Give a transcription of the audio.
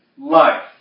life